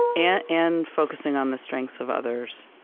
and and focusing on the strengths of others.